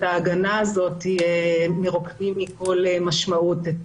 ההגנה הזו מרוקנים את השוויון ממשמעותו.